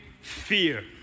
fear